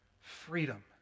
freedom